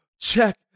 check